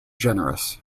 generous